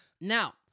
Now